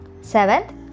Seventh